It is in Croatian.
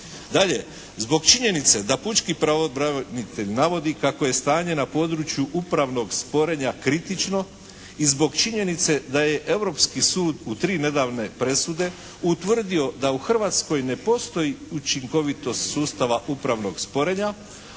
Zbog činjenice da pučki pravobranitelj navodi kako je stanje na području upravnog sporenja kritično i zbog činjenice da je Europski sud u tri nedavne presude utvrdio da u Hrvatskoj ne postoji učinkovitost sustava upravnog sporenja,